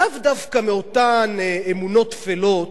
לאו דווקא מאותן אמונות טפלות